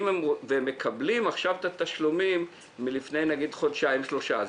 הם מקבלים עכשיו את התשלומים מלפני חודשיים-שלושה,